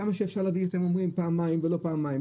כמה שאפשר להביא פעמיים או לא פעמיים,